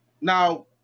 Now